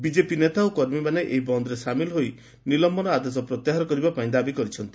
BJP ନେତା ଓ କର୍ମୀମାନେ ଏହି ବନ୍ଦରେ ସାମିଲ ହୋଇ ନିଲମ୍ୟନ ଆଦେଶ ପ୍ରତ୍ୟାହାର କରିବା ପାଇଁ ଦାବି କରିଛନ୍ତି